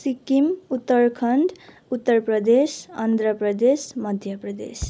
Sikkim Uttarakhand Uttar Pradesh Andhra Pradesh Madhya Pradesh